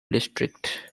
district